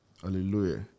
Hallelujah